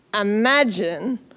imagine